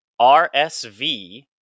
rsv